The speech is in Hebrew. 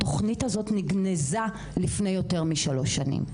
התוכנית הזו נגנזה לפני יותר משלוש שנים.